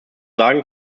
sagen